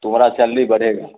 तुम्हारा सैलरी बढ़ेगा